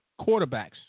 quarterbacks